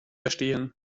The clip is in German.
verstehen